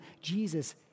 Jesus